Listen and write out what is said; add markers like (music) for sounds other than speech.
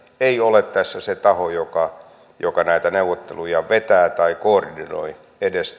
ei ole tässä se taho joka joka näitä neuvotteluja vetää tai edes (unintelligible)